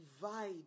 divide